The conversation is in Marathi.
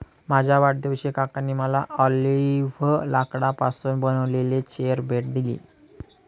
माझ्या वाढदिवशी काकांनी मला ऑलिव्ह लाकडापासून बनविलेली चेअर भेट दिली